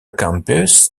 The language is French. campus